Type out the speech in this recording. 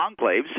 enclaves